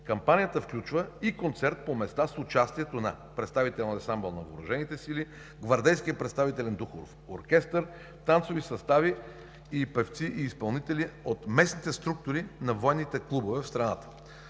Кампанията включва и концерт по места с участието на Представителния ансамбъл на въоръжените сили, Гвардейския представителен духов оркестър, танцови състави, певци и изпълнители от местните структури на военните клубове в страната.